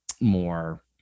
more